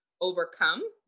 overcome